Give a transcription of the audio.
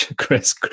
Chris